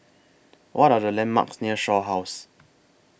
What Are The landmarks near Shaw House